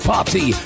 Party